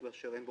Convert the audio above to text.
כדלקמן: